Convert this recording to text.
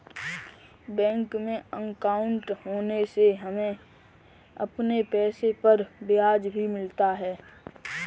bank में अंकाउट होने से हमें अपने पैसे पर ब्याज भी मिलता है